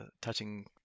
touching